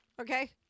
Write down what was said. okay